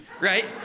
right